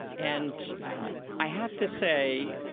and i have to say,